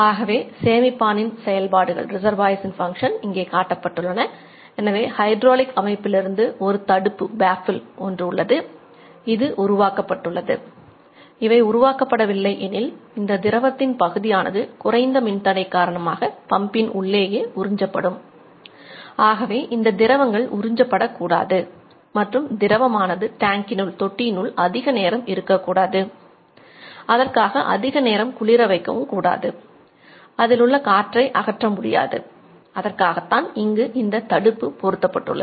ஆகவே சேமிப்பான் இன் செயல்பாடுகள் பொருத்தப்பட்டுள்ளது